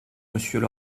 monsieur